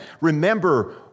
Remember